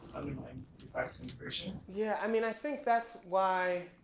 underlying facts of integration? yeah, i mean i think that's why,